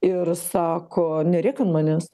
ir sako nerėk an manęs